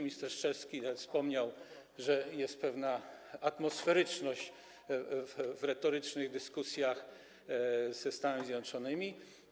Minister Szczerski nawet wspomniał, że jest pewna atmosferyczność w retorycznych dyskusjach ze Stanami Zjednoczonymi.